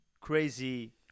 crazy